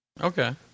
Okay